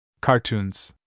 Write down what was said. Cartoons